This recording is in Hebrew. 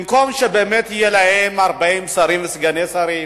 במקום שבאמת יהיה להם 40 שרים וסגני שרים,